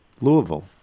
Louisville